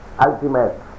ultimate